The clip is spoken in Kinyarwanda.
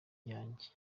yanjye